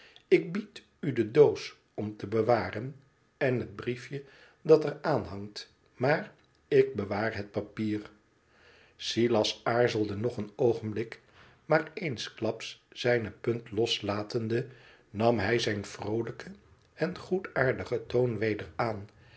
ik bied u de doos om te bewaren en het briefje dat er aan hangt maar ik bewaar het papier silas aarzelde nog een oogenblik maar eensklaps zijne punt loslatende nam hij zijn vroolijken en goedaardigen toon weder aan